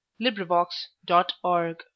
LibriVox.org